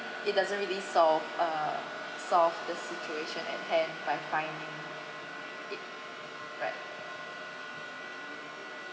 it doesn't solve uh solve the situation at hand by fining it right